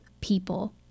people